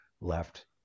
left